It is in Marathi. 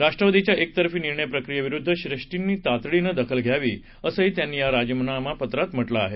राष्ट्रवादीच्या एकतर्फी निर्णय प्रक्रियेविरुद्ध श्रेष्ठींनी तातडीनं दखल घ्यावी असंही त्यांनी या राजिनामापत्रात म्हटलं आहे